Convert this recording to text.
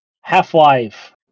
Half-Life